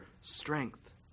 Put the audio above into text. strength